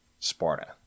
Sparta